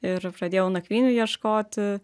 ir pradėjau nakvynių ieškoti